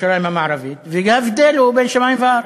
ירושלים המערבית, וההבדל הוא כבין שמים וארץ.